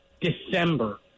December